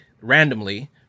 randomly